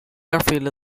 airfield